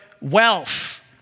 wealth